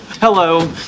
Hello